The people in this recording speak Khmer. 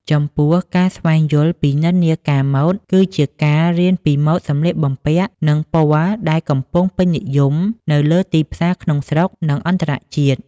ចំពោះការស្វែងយល់ពីនិន្នាការម៉ូដ គឺជាការរៀនពីម៉ូដសម្លៀកបំពាក់ និងពណ៌ដែលកំពុងពេញនិយមនៅលើទីផ្សារក្នុងស្រុក និងអន្តរជាតិ។